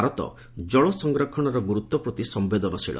ଭାରତ ଜଳସଂରକ୍ଷଣର ଗୁରୁତ୍ୱ ପ୍ରତି ସମ୍ଭେଦନଶୀଳ